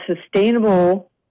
sustainable